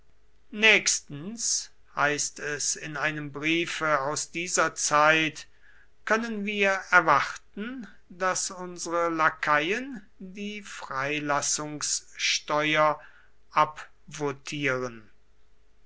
nächstens heißt es in einem briefe aus dieser zeit können wir erwarten daß unsere lakaien die